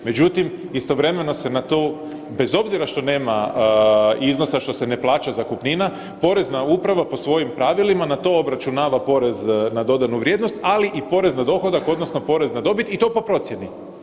Međutim, istovremeno se na tu bez obzira što nema iznosa što se ne plaća zakupnina, porezna uprava po svojim pravilima na to obračunava porez na dodanu vrijednost, ali i porez na dohodak odnosno porez na dobit i to po procjeni.